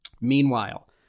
Meanwhile